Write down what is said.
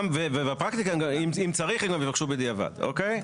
ובפרקטיקה אם צריך הן גם יבקשו בדיעבד, אוקיי?